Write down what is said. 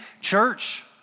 church